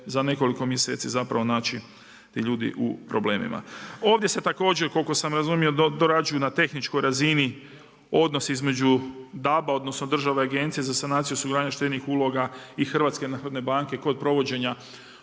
za nekoliko mjeseci zapravo naći tu ljudi u problemima. Ovdje se također koliko sam razumio, dorađuju na tehničkoj razini odnos između DAB-a odnosno Državne agencije za sanaciju osiguranja štednih uloga i HNB-a kod provođenja